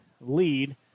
lead